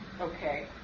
Okay